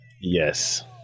Yes